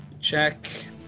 Check